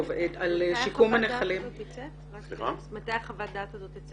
מתי תצא חוות הדעת הזאת?